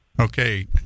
Okay